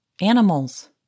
animals